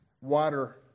water